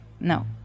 no